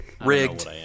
Rigged